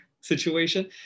situation